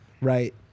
right